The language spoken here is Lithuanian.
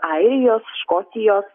airijos škotijos